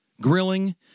grilling